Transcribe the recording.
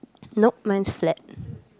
nope mine's flat